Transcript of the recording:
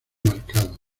marcado